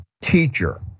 teacher